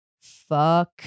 fuck